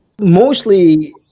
mostly